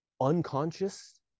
unconscious